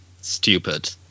stupid